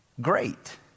great